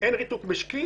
אין ריתוק משקי